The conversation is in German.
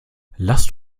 lasst